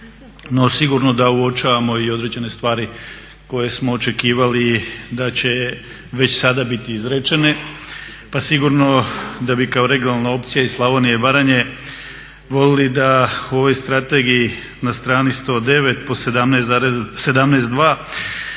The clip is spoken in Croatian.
no sigurno da uočavamo i određene stvari koje smo očekivali da će već sada biti izrečene. Pa sigurno da bi kao regionalna opcija iz Slavonije i Baranje voljeli da u ovoj Strategiji na strani 109 po 17.2